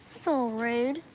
little rude.